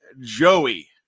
Joey